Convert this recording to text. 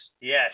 Yes